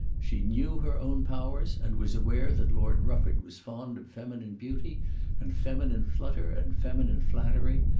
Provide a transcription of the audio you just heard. she knew her own powers, and was aware that lord rufford was fond of feminine beauty and feminine flutter and feminine flattery,